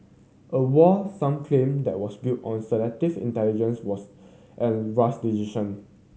a war some claim that was built on selective intelligence was and rash decision